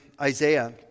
isaiah